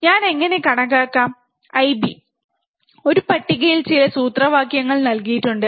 ഞാൻ എങ്ങനെ കണക്കാക്കാം IB ഒരു പട്ടികയിൽ ചില സൂത്രവാക്യങ്ങൾ നൽകിയിട്ടുണ്ട്